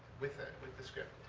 with with the script.